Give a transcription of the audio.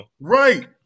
Right